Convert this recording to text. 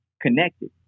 connected